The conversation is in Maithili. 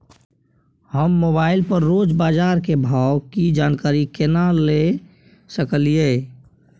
हम मोबाइल पर रोज बाजार के भाव की जानकारी केना ले सकलियै?